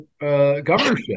governorship